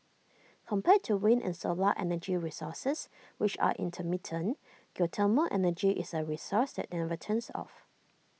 compared to wind and solar energy resources which are intermittent geothermal energy is A resource that never turns off